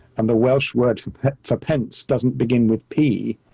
and the welsh word for pence doesn't begin with p,